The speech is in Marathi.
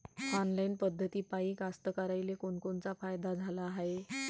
ऑनलाईन पद्धतीपायी कास्तकाराइले कोनकोनचा फायदा झाला हाये?